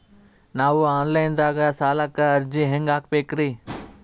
ನಾವು online ದಾಗ ಸಾಲಕ್ಕ ಅರ್ಜಿ ಹೆಂಗ ಹಾಕಬೇಕ್ರಿ?